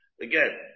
Again